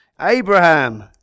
Abraham